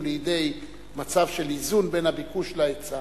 לידי מצב של איזון בין הביקוש להיצע,